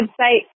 website